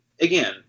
again